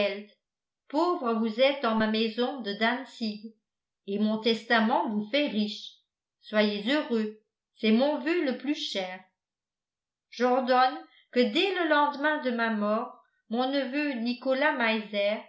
pauvre vous êtes dans ma maison de dantzig et mon testament vous fait riche soyez heureux c'est mon voeu le plus cher j'ordonne que dès le lendemain de ma mort mon neveu nicolas